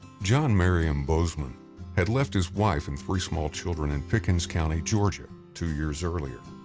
john marion bozeman had left his wife and three small children in pickens county, georgia two years earlier.